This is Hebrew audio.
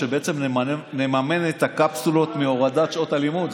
שנממן את הקפסולות מהורדת שעות הלימוד,